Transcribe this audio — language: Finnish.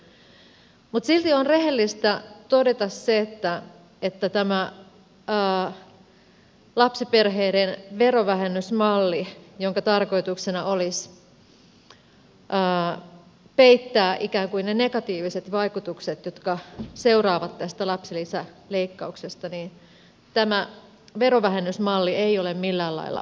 mutta silti on rehellistä todeta se että tämä lapsiperheiden verovähennysmalli jonka tarkoituksena olisi peittää ikään kuin ne negatiiviset vaikutukset jotka seuraavat tästä lapsilisäleikkauksesta ei ole millään lailla onnistunut